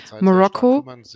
Morocco